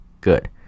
good